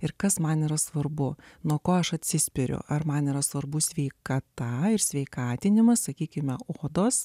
ir kas man yra svarbu nuo ko aš atsispiriu ar man yra svarbu sveikata ir sveikatinimas sakykime odos